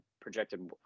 projected